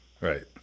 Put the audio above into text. right